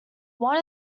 one